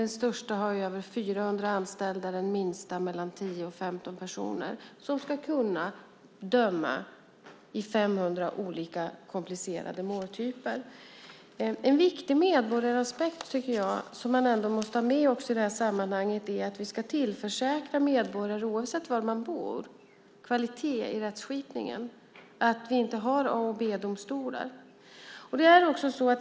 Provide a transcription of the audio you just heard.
Den största har över 400 anställda, den minsta mellan 10 och 15 personer, som ska kunna döma i 500 olika komplicerade måltyper. En viktig medborgaraspekt som man måste ha med i sammanhanget är att vi ska tillförsäkra medborgare, oavsett var de bor, kvalitet i rättsskipningen. Vi ska inte ha A och B-domstolar.